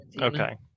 okay